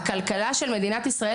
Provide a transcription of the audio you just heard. וגם כלכלת מדינת ישראל,